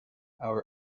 our